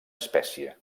espècie